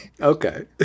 Okay